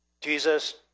Jesus